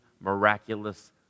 miraculous